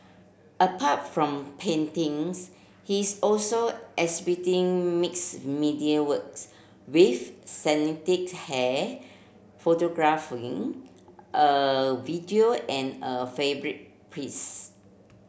apart from paintings he's also exhibiting mix media works with hair a video and a fabric piece